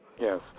Yes